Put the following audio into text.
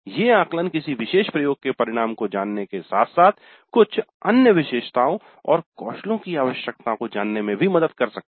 ये आकलन किसी विशेष प्रयोग के परिणाम को जानने के साथ साथ कुछ अन्य विशेषताओं और कौशलों की आवश्यकताओ हो जानने में भी मदद करते सकते है